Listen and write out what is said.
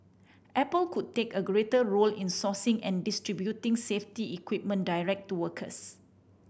apple could take a greater role in sourcing and distributing safety equipment direct to workers